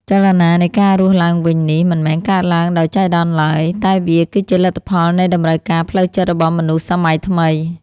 ចលនានៃការរស់ឡើងវិញនេះ មិនមែនកើតឡើងដោយចៃដន្យឡើយ តែវាគឺជាលទ្ធផលនៃតម្រូវការផ្លូវចិត្តរបស់មនុស្សសម័យថ្មី។